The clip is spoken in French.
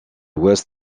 west